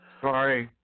Sorry